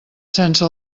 sense